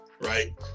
Right